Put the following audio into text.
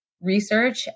research